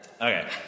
Okay